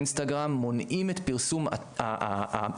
אינסטגרם מונעים את פרסום הפרסומות,